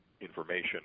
information